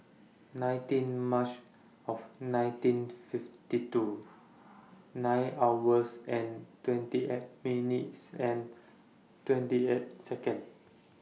nineteen March of nineteen fifty two nine hours and twenty eight minutes and twenty eight Second